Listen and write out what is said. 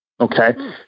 Okay